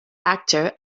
actor